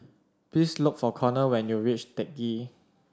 please look for Conor when you reach Teck Ghee